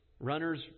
Runners